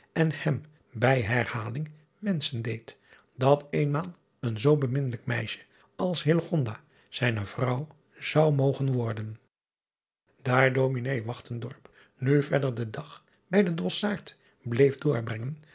en hem bij herhaling wenschen deed dat eenmaal een zoo beminnelijk meisje als zijne vrouw zou mogen worden aar s nu verder den dag bij den rossaard bleef doorbrengen